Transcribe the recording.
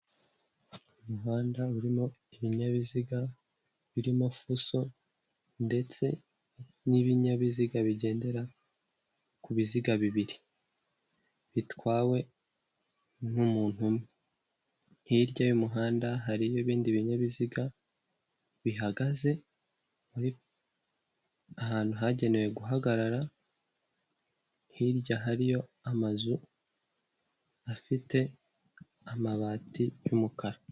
Umuhanda urimo ibinyabiziga birimo fuso ndetse n'ibinyabiziga bigendera ku biziga bibiri bitwawe n'umuntu umwe, hirya y'umuhanda hariho ibindi binyabiziga bihagaze ahantu hagenewe guhagarara, hirya hariyo amazu afite amabati y'umukara.